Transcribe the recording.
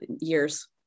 years